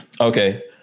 Okay